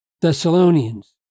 Thessalonians